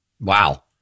Wow